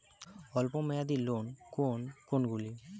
অল্প মেয়াদি লোন কোন কোনগুলি?